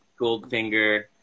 Goldfinger